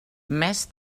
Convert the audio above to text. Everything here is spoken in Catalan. més